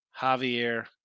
Javier